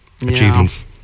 achievements